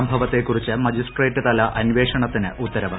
സംഭവത്തെക്കുറിച്ച് മജിസ്ട്രേറ്റ് തല അന്വേഷണത്തിന് ഉത്തരവ്